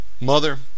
mother